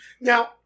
Now